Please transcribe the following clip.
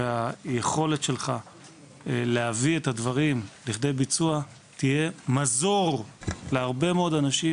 והיכולת שלך להביא את הדברים לכדי ביצוע תהיה מזור להרבה מאוד אנשים,